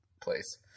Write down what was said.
place